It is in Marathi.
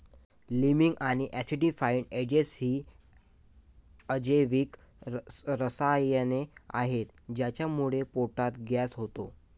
लीमिंग आणि ऍसिडिफायिंग एजेंटस ही अजैविक रसायने आहेत ज्यामुळे पोटात गॅस होतो